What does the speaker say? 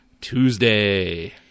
Tuesday